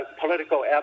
political